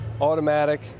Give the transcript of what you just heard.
automatic